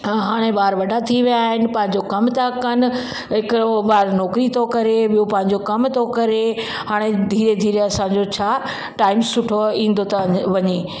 हाणे ॿार वॾा थी विया आहिनि पंहिंजो कमु त कनि हिकिड़ो ॿार नौकिरी थो करे ॿियों पंहिंजो कम थो करे हाणे धीरे धीरे असांजो छा टाइम सुठो ईंदो तो अन वञे